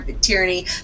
tyranny